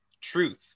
truth